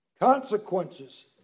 Consequences